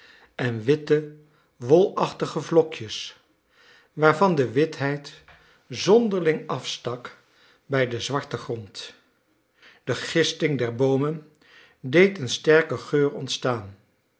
en witte wolachtige vlokjes waarvan de witheid zonderling afstak bij den zwarten grond de gisting der boomen deed een sterken geur ontstaan